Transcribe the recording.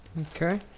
Okay